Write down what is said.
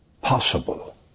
possible